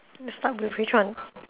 you start with which one